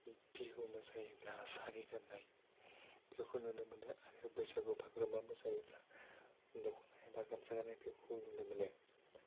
बिहु मोसायोब्ला सारि गाननाय बेखौ नुनो मोनो आरो बैसागु बागुरुम्बा मोसायोब्ला दखना एबा गामसा गाननायखौ नुनो मोनो